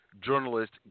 journalist